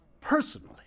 personally